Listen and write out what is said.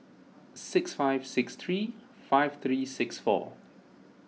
six five six three five three six four